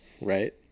Right